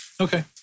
Okay